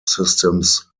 systems